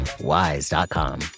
wise.com